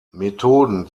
methoden